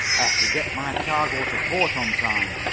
i have to get my cargo to port on time.